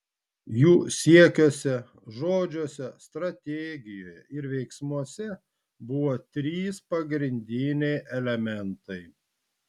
jų siekiuose žodžiuose strategijoje ir veiksmuose buvo trys pagrindiniai elementai